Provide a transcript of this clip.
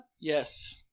Yes